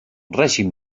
règim